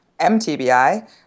mTBI